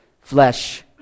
flesh